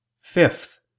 Fifth